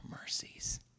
mercies